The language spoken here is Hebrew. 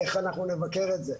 איך אנחנו נבקר את זה?